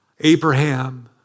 Abraham